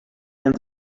and